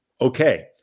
Okay